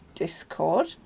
discord